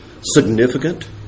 significant